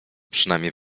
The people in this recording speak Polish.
przynajmniej